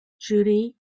Judy